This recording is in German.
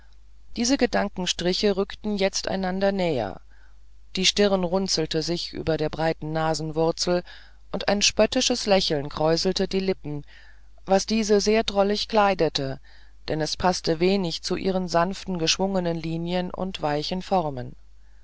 diese gedankenstriche rückten jetzt einander näher die stirn runzelte sich über der breiten nasenwurzel und ein spöttisches lächeln kräuselte die lippen was diese sehr drollig kleidete denn es paßte wenig zu ihren sanft geschwungenen linien und weichen formen